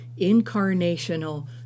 incarnational